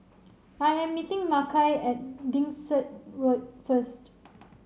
I am meeting Makai at Dickson Road first